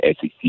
SEC